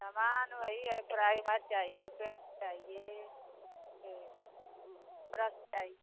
सामान वही है प्राइमर चाहि ए पेंट चाहिए ब्रश चाहिए